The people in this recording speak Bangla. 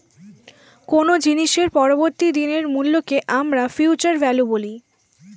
কোনো জিনিসের পরবর্তী দিনের মূল্যকে আমরা ফিউচার ভ্যালু বলি